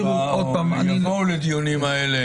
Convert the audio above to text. יבואו לדיונים האלה,